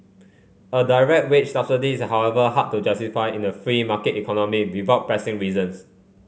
a direct wage subsidy is however hard to justify in a free market economy without pressing reasons